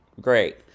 great